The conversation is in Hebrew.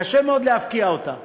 קשה מאוד להבקיע אותה.